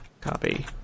Copy